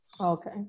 Okay